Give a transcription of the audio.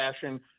fashion